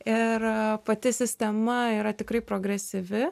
ir pati sistema yra tikrai progresyvi